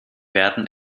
werden